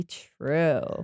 true